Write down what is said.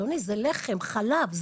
אדוני, זה לחם, חלב.